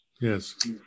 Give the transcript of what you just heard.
Yes